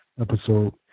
episode